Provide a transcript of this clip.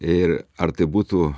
ir ar tai būtų